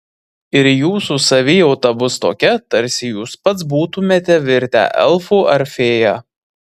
ir jūsų savijauta bus tokia tarsi jūs pats būtumėte virtę elfu ar fėja